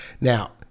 Now